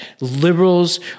liberals